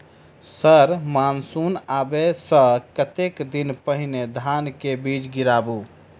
Sir monsoon आबै सऽ कतेक दिन पहिने धान केँ बीज गिराबू?